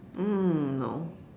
um no